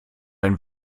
einen